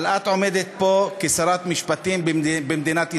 אבל את עומדת פה כשרת משפטים במדינת ישראל,